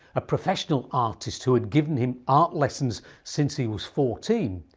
a professional artist who had given him art lessons since he was fourteen,